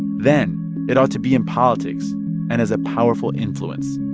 then it ought to be in politics and as a powerful influence.